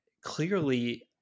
clearly